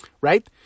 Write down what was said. Right